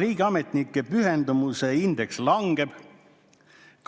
Riigiametnike pühendumuse indeks langeb.